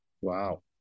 Wow